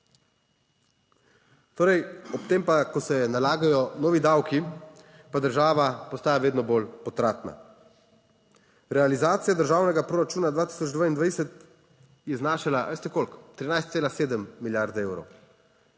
Torej ob tem pa, ko se nalagajo novi davki, pa država postaja vedno bolj potratna. Realizacija državnega proračuna 2022 je znašala, veste koliko, 13,7 milijarde evrov.